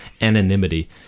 anonymity